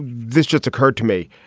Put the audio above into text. this just occurred to me,